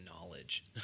knowledge